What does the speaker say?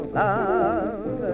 love